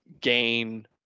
gain